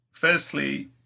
Firstly